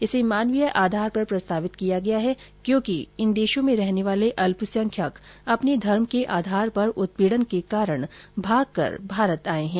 इसे मानवीय आधार पर प्रस्तावित किया गया है क्योंकि इन देशों में रहने वाले अल्पसंख्यक अपने धर्म को आधार पर उत्पीड़न के कारण भागकर भारत आए है